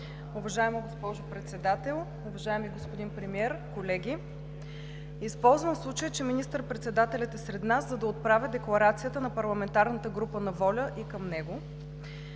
Уважаема госпожо Председател, уважаеми господин Премиер, колеги! Използвам случая, че министър-председателят е сред нас, за да отправя декларацията на парламентарната група на „ВОЛЯ“ и към него.